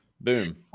boom